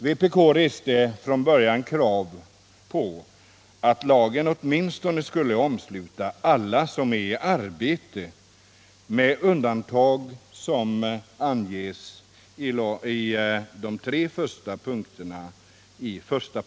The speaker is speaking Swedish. Vpk reste från början krav på att lagen åtminstone skulle omsluta alla som är i arbete med de undantag som anges i de tre första punkterna i 15.